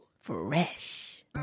Fresh